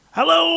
Hello